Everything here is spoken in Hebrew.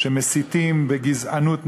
שמסיתים, בגזענות נוראה,